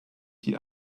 die